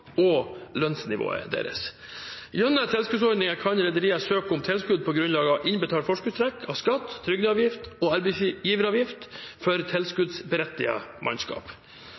og lønnsnivået deres. Gjennom tilskuddsordningene kan rederiene søke om tilskudd på grunnlag av innbetalt forskuddstrekk av skatt, trygdeavgift og arbeidsgiveravgift for tilskuddsberettiget mannskap.